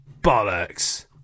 Bollocks